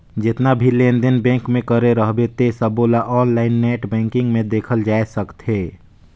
जेतना भी लेन देन बेंक मे करे रहबे ते सबोला आनलाईन नेट बेंकिग मे देखल जाए सकथे